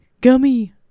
Gummy